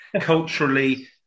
culturally